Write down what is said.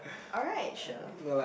alright sure